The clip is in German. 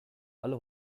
alle